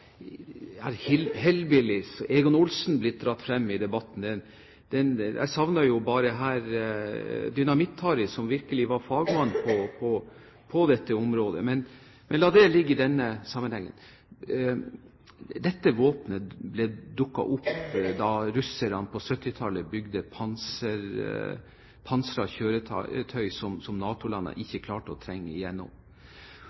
Egon Olsen blitt dratt frem i debatten her. Jeg savner bare Dynamitt-Harry, som virkelig var fagmann på dette området. Men la det ligge i denne sammenhengen. Dette våpenet dukket opp da russerne på 1970-tallet bygde pansrede kjøretøy som